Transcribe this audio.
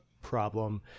problem